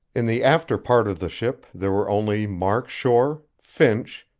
in the after part of the ship there were only mark shore, finch,